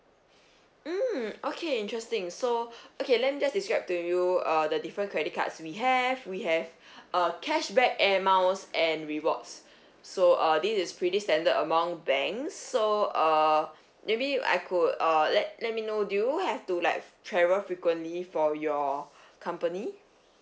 mm okay interesting so okay let me just describe to you uh the different credit cards we have we have uh cashback air miles and rewards so uh this is pretty standard among banks so err maybe I could uh let let me know do you have to like travel frequently for your company